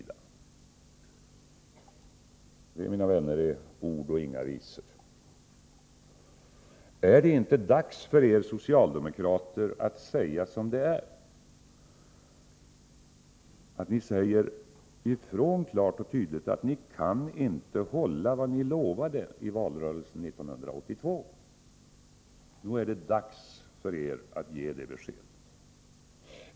Det, mina vänner, är ord och inga visor! Är det inte dags för er socialdemokrater att säga som det är — att säga ifrån klart och tydligt att ni inte kan hålla vad ni lovade i valrörelsen 1982? Nog är det dags för er att ge det beskedet!